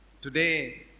today